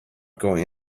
going